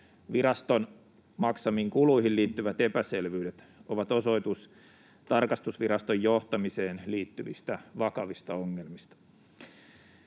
viraston maksamiin kuluihin liittyvät epäselvyydet ovat osoitus tarkastusviraston johtamiseen liittyvistä vakavista ongelmista.